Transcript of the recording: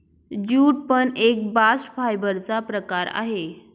jute पण एक bast fibre चा प्रकार आहे